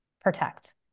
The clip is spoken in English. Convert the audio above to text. protect